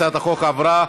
הצעת החוק עברה,